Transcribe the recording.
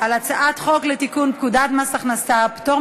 על הצעת חוק לתיקון פקודת מס הכנסה (פטור